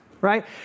right